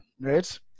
right